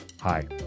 Hi